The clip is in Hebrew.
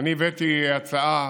הבאתי הצעה